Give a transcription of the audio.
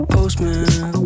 Postman